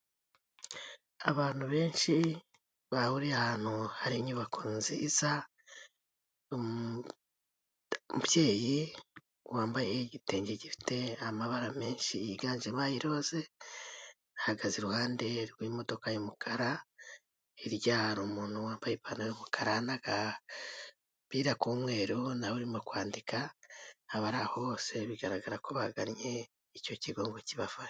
Abantu benshi bahuriye ahantu hari inyubako nziza. Umubyeyi wambaye igitenge gifite amabara menshi yiganjemo aya rose, ahagaze iruhande rw'imodoka y'umukara. Hirya hari umuntu wambaye ipantaro yumukara n'agapira k'umweru, nawe urimo kwandika abari aho bose bigaragara ko baganye icyo kigogo ngo kibafashe.